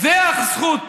זו הזכות.